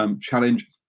Challenge